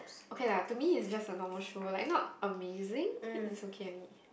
okay lah to me it's just a normal show like not amazing it's okay only